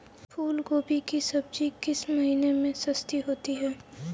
फूल गोभी की सब्जी किस महीने में सस्ती होती है?